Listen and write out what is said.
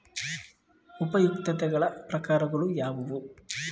ಉಪಯುಕ್ತತೆಗಳ ಪ್ರಕಾರಗಳು ಯಾವುವು?